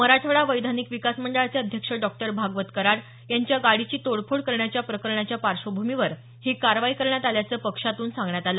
मराठवाडा वैधानिक विकास मंडळाचे अध्यक्ष डॉक्टर भागवत कराड यांच्या गाडीची तोडफोड करण्याच्या प्रकरणाच्या पार्श्वभूमीवर ही कारवाई करण्यात आल्याच पक्षातून सांगण्यात आलं